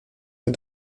der